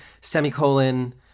semicolon